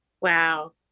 wow